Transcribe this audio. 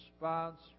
response